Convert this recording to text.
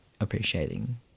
Appreciating